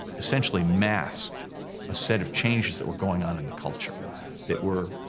essentially masked a set of changes that were going on in the culture that were